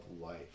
life